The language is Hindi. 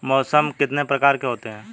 मौसम कितने प्रकार के होते हैं?